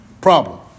Problem